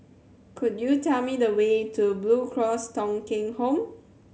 could you tell me the way to Blue Cross Thong Kheng Home